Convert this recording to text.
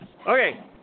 Okay